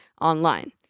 online